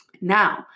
Now